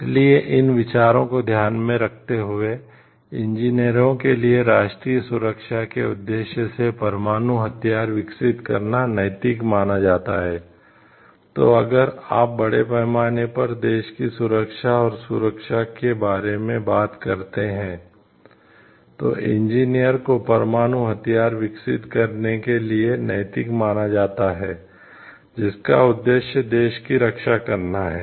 इसलिए इन विचारों को ध्यान में रखते हुए इंजीनियरों को परमाणु हथियार विकसित करने के लिए नैतिक माना जाता है जिसका उद्देश्य देश की रक्षा करना है